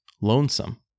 lonesome